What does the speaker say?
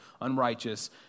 unrighteous